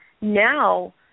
Now